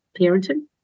parenting